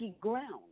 ground